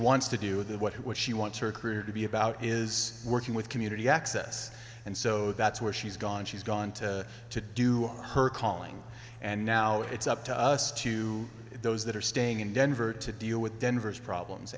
wants to do with it what what she wants her career to be about is working with community access and so that's where she's gone she's gone to do her calling and now it's up to us to those that are staying in denver to deal with denver's problems